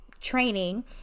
training